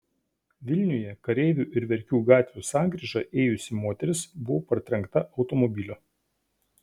vilniuje kareivių ir verkių gatvių sankryža ėjusi moteris buvo partrenkta automobilio